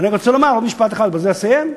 אני רוצה לומר עוד משפט אחד ובזה אסיים.